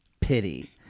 pity